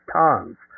tons